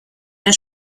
der